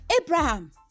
Abraham